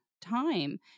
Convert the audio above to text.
time